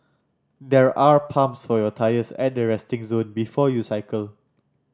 there are pumps for your tyres at the resting zone before you cycle